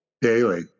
Daily